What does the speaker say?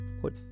put